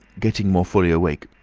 getting more fully awake,